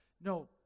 No